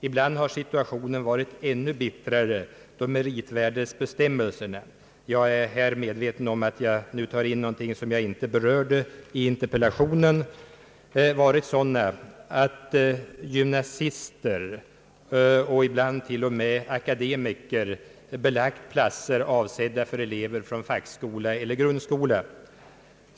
Ibland har situationen varit ännu bittrare då meritvärderingsbestämmelserna — jag är medveten om att jag nu tar in något som jag inte berörde i interpellationen — varit sådana att gymnasister, och ibland t.o.m. akademiker, belagt platser avsedda för elever från fackskola eller grundskola.